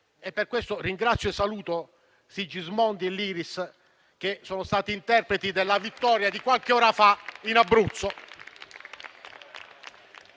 Per questo ringrazio e saluto i colleghi Sigismondi e Liris, che sono stati interpreti della vittoria di qualche ora fa in Abruzzo.